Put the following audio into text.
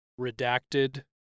redacted